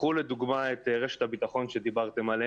קחו לדוגמה את רשת הביטחון שדיברתם עליה